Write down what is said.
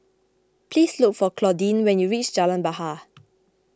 please look for Claudine when you reach Jalan Bahar